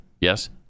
yes